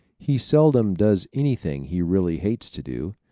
he seldom does anything he really hates to do.